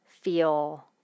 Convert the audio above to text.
feel